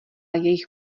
jejich